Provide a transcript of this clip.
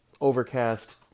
Overcast